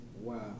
Wow